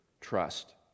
trust